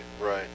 right